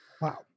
Wow